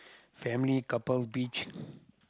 family couple beach